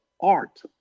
art